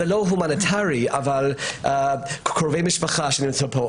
זה לא הומניטרי אבל קרובי משפחה שנמצאים פה,